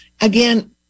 again